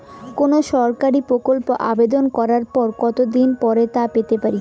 কোনো সরকারি প্রকল্পের আবেদন করার কত দিন পর তা পেতে পারি?